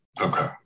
Okay